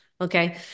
okay